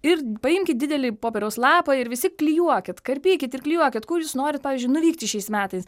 ir paimkit didelį popieriaus lapą ir visi klijuokit karpykit ir klijuokit kur jūs norit pavyzdžiui nuvykti šiais metais